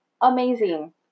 Amazing